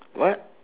what